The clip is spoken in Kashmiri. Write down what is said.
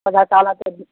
خۄدا تعالیٰ کٔرِنۍ